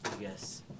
Yes